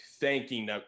thanking